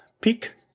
pick